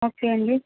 okay అండి